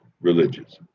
religious